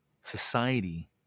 society